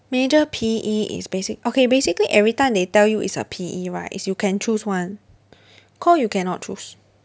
major P_E is basic okay basically every time they tell you is a P_E right is you can choose [one] core you cannot choose